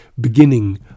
beginning